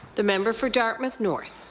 the member for dartmouth north.